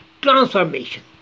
transformation